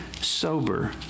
sober